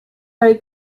very